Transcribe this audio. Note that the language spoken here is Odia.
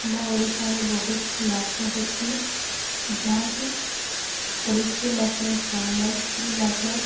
ଆମ ଓଡ଼ିଶାରେ ବହୁତ ନାଚ ହେସି ଯାହାକି ଓଡ଼ିଶୀ ନାଚ ସମଲପୁରୀ ନାଚ